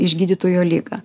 išgydytų jo ligą